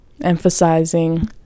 Emphasizing